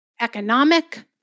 economic